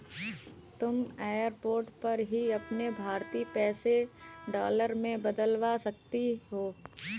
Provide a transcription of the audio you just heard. तुम एयरपोर्ट पर ही अपने भारतीय पैसे डॉलर में बदलवा सकती हो